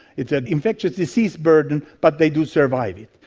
it's an infectious disease burden but they do survive it.